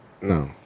no